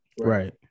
Right